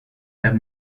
have